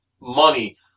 money